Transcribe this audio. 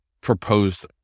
proposed